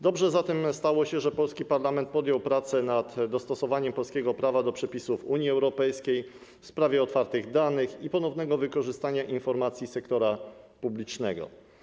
Dobrze zatem się stało, że polski parlament podjął prace nad dostosowaniem polskiego prawa do przepisów Unii Europejskiej w sprawie otwartych danych i ponownego wykorzystywania informacji sektora publicznego.